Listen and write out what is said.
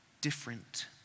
different